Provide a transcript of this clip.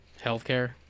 healthcare